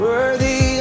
Worthy